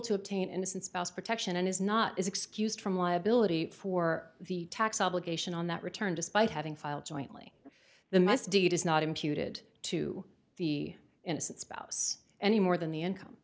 to obtain innocent spouse protection and is not excused from liability for the tax obligation on that return despite having file jointly the mess deed is not imputed to the innocent spouse any more than the income